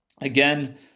Again